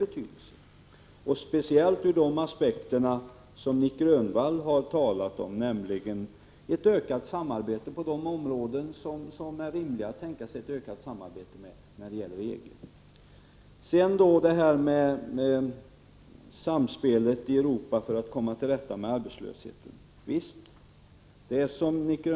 Det gäller speciellt ur de aspekter som Nic Grönvall har tagit upp, nämligen ett ökat samarbete med EG på de områden där det är rimligt att tänka sig ett sådant. Visst behövs det, som Nic Grönvall säger, en ökad samordning inom Europa för att komma till rätta med arbetslösheten.